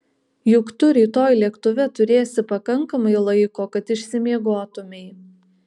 juk tu rytoj lėktuve turėsi pakankamai laiko kad išsimiegotumei